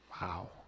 Wow